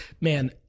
man